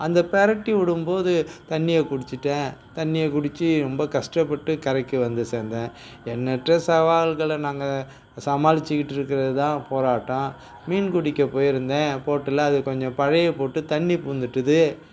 அந்த புரட்டி விடும்போது தண்ணியை குடிச்சிட்டேன் தண்ணியை குடிச்சி ரொம்ப கஷ்டப்பட்டு கரைக்கு வந்து சேர்ந்தேன் எண்ணற்ற சவால்களை நாங்கள் சமாளிச்சிக்கிட்டிருக்கறது தான் போராட்டம் மீன் பிடிக்க போயிருந்தேன் போட்டில் அது கொஞ்சம் பழைய போட்டு தண்ணி பூந்துட்டுது